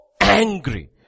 angry